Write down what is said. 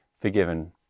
forgiven